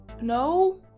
no